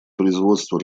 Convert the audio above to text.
производство